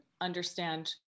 understand